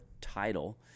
title